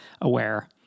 aware